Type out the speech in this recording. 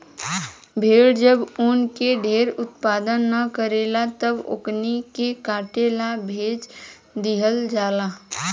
भेड़ जब ऊन के ढेर उत्पादन न करेले तब ओकनी के काटे ला भेज दीहल जाला